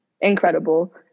incredible